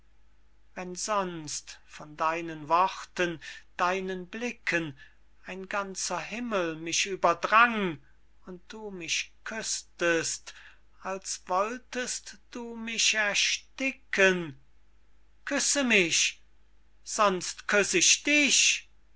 wenn sonst von deinen worten deinen blicken ein ganzer himmel mich überdrang und du mich küßtest als wolltest du mich ersticken küsse mich sonst küss ich dich